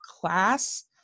class